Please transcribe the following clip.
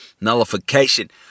nullification